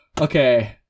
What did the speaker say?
Okay